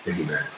amen